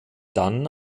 dann